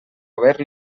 haver